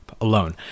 alone